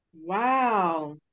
Wow